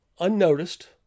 unnoticed